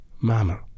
Mama